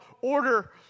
order